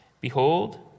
behold